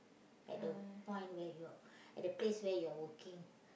at the point where you'll at the place where you're working